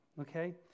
Okay